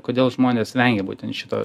kodėl žmonės vengia būtent šito